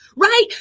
right